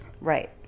Right